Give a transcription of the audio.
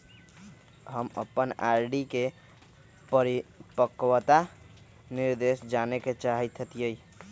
हम अपन आर.डी के परिपक्वता निर्देश जाने के चाहईत हती